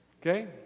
Okay